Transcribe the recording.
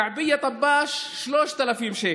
כעביה-טבאש, 3,000 שקל,